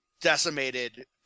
decimated